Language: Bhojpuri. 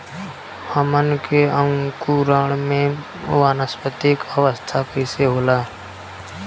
हमन के अंकुरण में वानस्पतिक अवस्था कइसे होला?